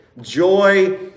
joy